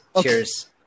Cheers